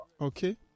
Okay